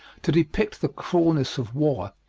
to depict the cruelness of war,